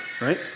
right